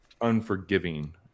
unforgiving